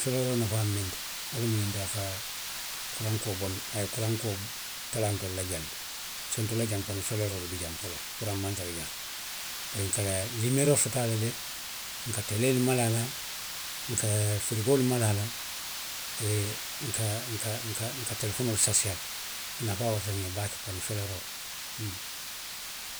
Soleeroo nafaa mu miŋ ti, wo lemu ňiŋ ti a ka kuraŋo kuo bo, a ye kuraŋ kuo talaa ntolu la jaŋ to. Parisiko ntelu la jaŋ panoo soleeroo le be jaŋ foloo, kuraŋ maŋ tara jaŋ. Bari n ka limiyeeroo soto a la le, n ka teleelu mala a la, n ka firigoolu mala a la, nka, naka, nka telefonoolu sarisee a la. A nafaa warata nňe baake panoo soleeroo hun.